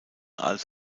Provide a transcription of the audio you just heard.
als